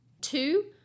Two